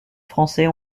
français